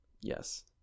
Yes